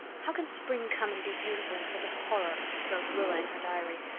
how can spring come and be beautiful in such a horror, wrote rilla in her diary.